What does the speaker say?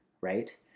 right